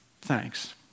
Thanks